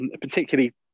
particularly